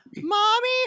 mommy